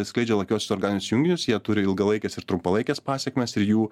skleidžia lakiuosius organinius junginius jie turi ilgalaikes ir trumpalaikes pasekmes ir jų